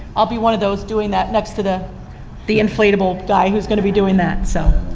i'll be one of those doing that next to the the inflatable guy who's gonna be doing that, so,